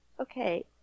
Okay